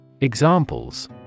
Examples